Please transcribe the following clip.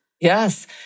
yes